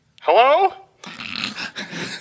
Hello